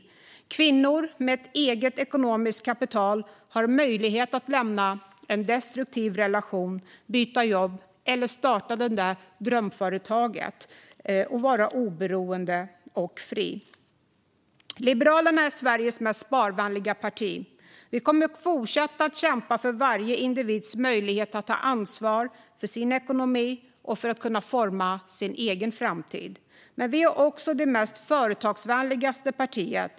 En kvinna med ett eget ekonomiskt kapital har möjlighet att lämna en destruktiv relation, byta jobb eller starta det där drömföretaget och att vara oberoende och fri. Liberalerna är Sveriges mest sparvänliga parti. Vi kommer att fortsätta att kämpa för varje individs möjlighet att ta ansvar för sin ekonomi och forma sin egen framtid. Men vi är också det mest företagsvänliga partiet.